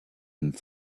and